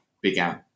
began